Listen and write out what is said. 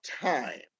time